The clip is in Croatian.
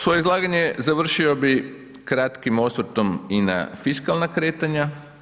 Svoje izlaganje završio bih kratkim osvrtom i na fiskalna kretanja.